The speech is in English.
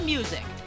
Music